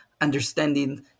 understanding